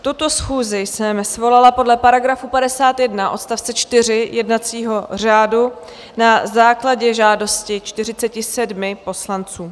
Tuto schůzi jsem svolala podle § 51 odst. 4 jednacího řádu na základě žádosti 47 poslanců.